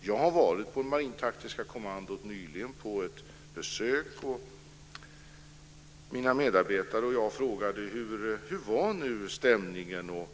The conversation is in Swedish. Jag har varit på besök på marintaktiska kommandot nyligen. Mina medarbetare och jag frågade: Hur är stämningen?